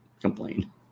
complain